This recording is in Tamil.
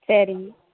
சரிங்க